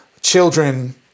children